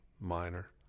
minor